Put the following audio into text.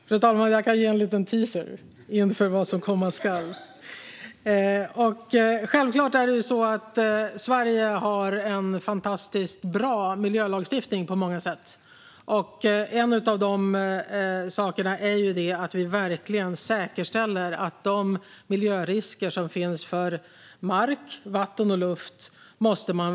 Fru talman! Jag kan ge en liten teaser inför vad som komma skall. Sverige har självklart en fantastiskt bra miljölagstiftning på många sätt. En av de sakerna är att vi verkligen säkerställer att man sätter fokus på de miljörisker som finns för mark, vatten och luft.